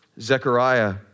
Zechariah